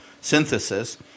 synthesis